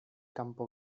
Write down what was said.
campo